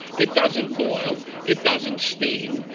it doesn't boil. it doesn't steam.